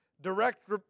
direct